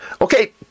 okay